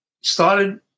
started